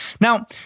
now